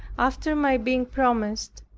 after my being promised,